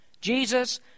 Jesus